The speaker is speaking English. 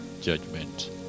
judgment